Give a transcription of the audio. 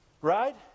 Right